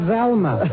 Velma